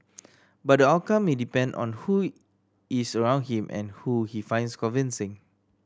but the outcome may depend on who is around him and who he finds convincing